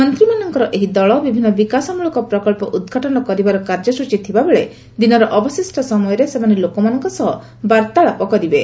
ମନ୍ତ୍ରୀମାନଙ୍କର ଏହି ଦଳ ବିଭିନ୍ନ ବିକାଶମୂଳକ ପ୍ରକଳ୍ପ ଉଦ୍ଘାଟନ କରିବାର କାର୍ଯ୍ୟସୂଚୀ ଥିବାବେଳେ ଦିନର ଅବଶିଷ୍ଟ ସମୟରେ ସେମାନେ ଲୋକମାନଙ୍କ ସହ ବାର୍ତ୍ତାଳାପ କରିବେ